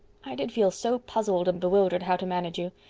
i did feel so puzzled and bewildered how to manage you.